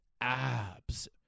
abs